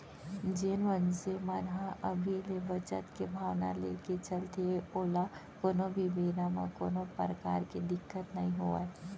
जेन मनसे मन ह अभी ले बचत के भावना लेके चलथे ओला कोनो भी बेरा म कोनो परकार के दिक्कत नइ होवय